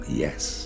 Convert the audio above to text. yes